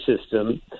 system